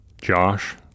Josh